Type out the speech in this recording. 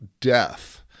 death